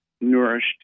nourished